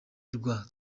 rwa